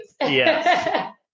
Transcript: Yes